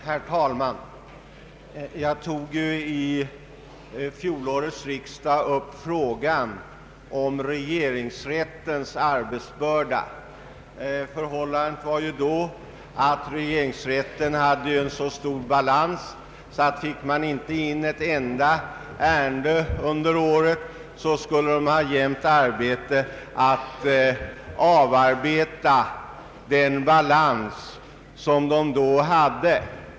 Herr talman! Jag tog vid fjolårets riksdag upp frågan om regeringsrättens arbetsbörda. Förhållandet var då sådant att regeringsrätten hade en så stor balans att man skulle ha arbete under ett år med denna även om man inte fick in ett enda nytt ärende.